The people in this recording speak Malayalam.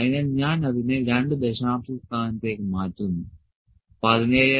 അതിനാൽ ഞാൻ അതിനെ 2 ദശാംശസ്ഥാനത്തേക്ക് മാറ്റുന്നു 17